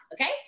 Okay